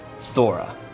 Thora